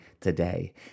today